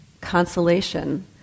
consolation